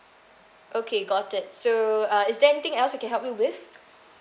okay got it so uh is there anything else I can help you with